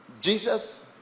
Jesus